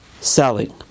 selling